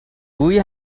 گویی